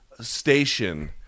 station